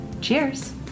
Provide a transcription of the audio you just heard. cheers